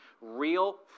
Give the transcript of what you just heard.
Real